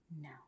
No